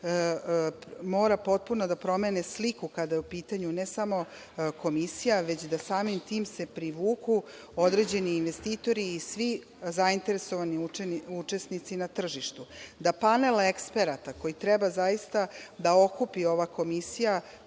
mora potpuno da promene sliku kada je u pitanju ne samo Komisija već da samim tim se privuku određeni investitori i svi zainteresovani učesnici na tržištu. Da panel eksperata koji treba zaista da okupi ova komisija